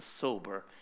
sober